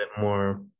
more